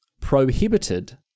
prohibited